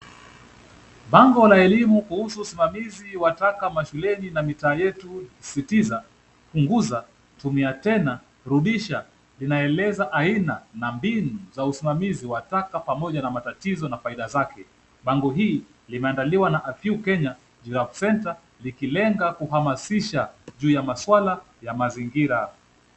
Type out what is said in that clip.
Bango la elimu kuhusu usimamizi wa taka shuleni na mitaa yetu ikisisitiza kupunguza, kutumia tena, rudisha, zinaeleza aina na mbinu za usimamizi wa taka pamoja na matatizo na faida zake. Bango hii limeandaliwa na A few Kenya Giraffe centre likilenga kuhamasisha juu ya maswala ya mazingira.